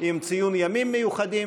עם ציון ימים מיוחדים,